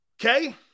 Okay